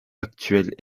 actuelle